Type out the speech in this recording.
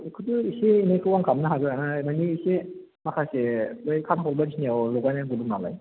बेखौथ' एसे एनैखौ आं खालामनो हागोन माने एसे माखासे बै कार्डबर्ड बायदिसिनायाव लगायनांगौ दं नालाय